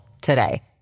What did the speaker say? today